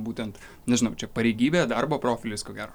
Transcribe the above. būtent nežinau čia pareigybė darbo profilis ko gero